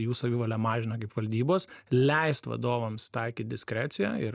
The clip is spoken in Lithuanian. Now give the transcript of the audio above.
jų savivalę mažina kaip valdybos leist vadovams taikyt diskreciją ir